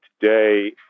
today